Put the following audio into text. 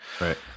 Right